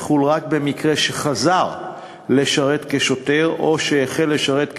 יחול רק במקרה שחזר לשרת כשוטר או שהחל לשרת כסוהר,